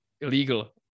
illegal